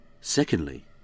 Secondly